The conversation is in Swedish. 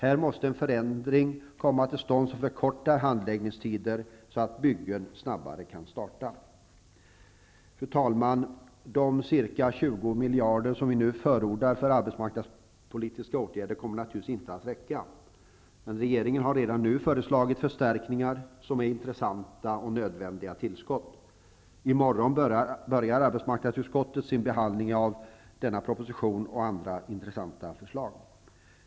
Här måste en förändring komma till stånd som förkortar handläggningstiderna. Fru talman! De ca 20 miljarder som vi nu förordar för arbetsmarknadspolitiska åtgäder kommer naturligtivs inte att räcka, men regeringen har redan nu föreslagit förstärkningar som är intressanta och nödvändiga tillskott. I morgon börjar arbetsmarknadsutskottet sin behandling av denna proposition och andra intressanta förslag.